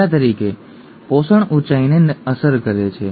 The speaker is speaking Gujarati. દાખલા તરીકે પોષણ ઊંચાઈને અસર કરે છે